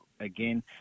again